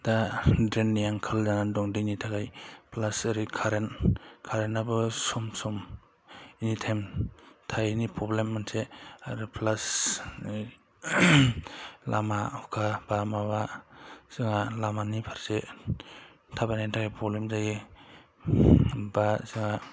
दा ड्रेननि आंखाल जानानै दं दैनि थाखाय प्लास ओरै कारेन्ट कारेन्टाबो सम सम एनिटाइम थायिनि प्रब्लेम मोनसे आरो प्लास लामा हुखा एबा माबा जोंहा लामानि फारसे थाबायनायनि थाखाय प्रब्लेम जायो एबा जोंहा